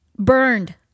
burned